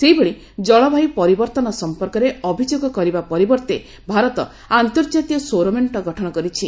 ସେହିଭଳି ଜଳବାୟୁ ପରିବର୍ତ୍ତନ ସମ୍ପର୍କରେ ଅଭିଯୋଗ କରିବା ପରିବର୍ତ୍ତେ ଭାରତ ଆନ୍ତର୍ଜାତୀୟ ସୌରମେଣ୍ଟ ଗଠନ କରିଛି